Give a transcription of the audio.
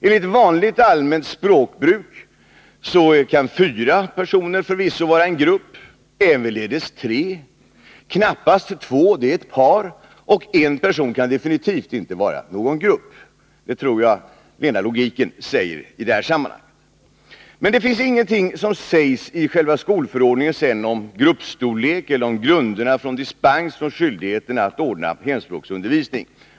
Enligt vanligt allmänt språkbruk kan fyra personer förvisso vara en grupp, ävenledes tre men knappast två — det är ett par. Och en person kan definitivt inte vara någon grupp — det tror jag rena logiken säger i det här sammanhanget. Men i skolförordningen sägs ingenting om gruppstorlek och om grunderna för dispens från skyldigheten att ordna hemspråksundervisning.